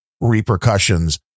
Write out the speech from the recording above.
repercussions